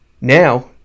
Now